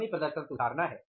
हमें प्रदर्शन सुधारना है